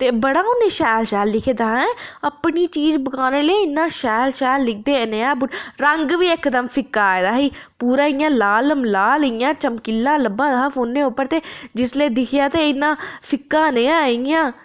ते बड़ा उ'नें शैल शैल ऐं अपनी चीज बिकाने लेई इन्ना शैल शैल लिखदे अनेहा ब रंग बी इकदम फिक्का आए दा ही पूरा इ'यां लाल म लाल इ'यां चमकीला लब्भा दा हा फोनै उप्पर ते जिसलै दिक्खेआ ते इन्ना फिक्का नेहा इ'यां